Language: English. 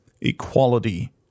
equality